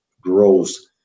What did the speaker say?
grows